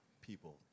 people